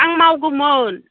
आं मावगौमोन